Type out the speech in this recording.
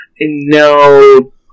No